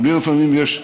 גם לי לפעמים יש,